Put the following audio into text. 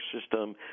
system